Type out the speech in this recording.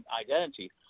identity